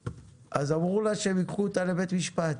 אז אמרו לה שהם ייקחו אותה לבית משפט,